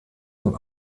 zum